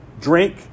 Drink